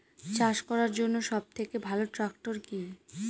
চাষ করার জন্য সবথেকে ভালো ট্র্যাক্টর কি?